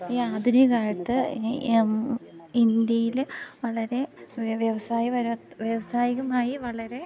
ഈ ആധുനിക കാലത്ത് ഈ ഇന്ത്യയില് വളരെ വ്യവസായ പരം വ്യവസായികമായി വളരെ